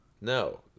No